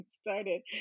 started